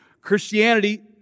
Christianity